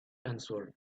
answered